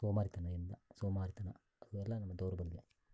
ಸೋಮಾರಿತನದಿಂದ ಸೋಮಾರಿತನ ಅವೆಲ್ಲ ನಮ್ಮ ದೌರ್ಬಲ್ಯ